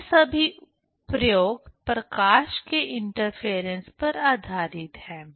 तो ये सभी प्रयोग प्रकाश के इंटरफेरेंस पर आधारित हैं